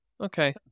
okay